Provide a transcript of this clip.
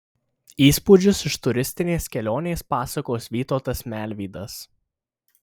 įspūdžius iš turistinės kelionės pasakos vytautas melvydas